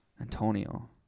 Antonio